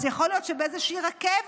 אז יכול להיות שבאיזושהי רכבת,